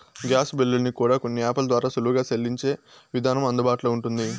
gas బిల్లుల్ని కూడా కొన్ని యాపుల ద్వారా సులువుగా సెల్లించే విధానం అందుబాటులో ఉంటుంది